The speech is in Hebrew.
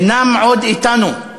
אינם עוד אתנו,